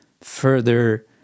further